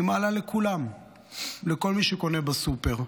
היא מעלה לכולם, לכל מי שקונה בסופר,